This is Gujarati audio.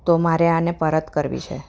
તો મારે આને પરત કરવી છે